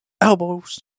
elbows